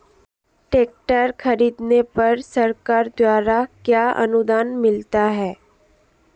Tractor खरीदने पर सरकार द्वारा क्या अनुदान मिलता है?